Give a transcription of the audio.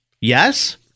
Yes